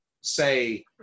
say